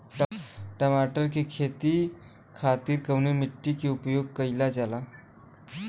टमाटर क खेती खातिर कवने मिट्टी के उपयोग कइलजाला?